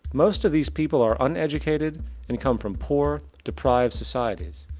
most of these people are uneducated and come from poor, deprived societies.